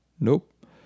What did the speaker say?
nope